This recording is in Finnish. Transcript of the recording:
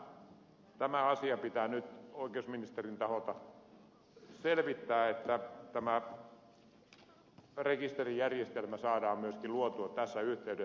mielestäni tämä asia pitää nyt oikeusministerin taholta selvittää että tämä rekisterijärjestelmä saadaan myöskin luotua tässä yhteydessä